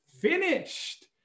finished